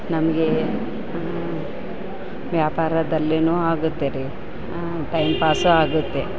ನಮಗೆ ವ್ಯಾಪಾರ ಡಲ್ ಏನೋ ಆಗುತ್ತೆ ರಿ ಟೈಂ ಪಾಸು ಆಗುತ್ತೆ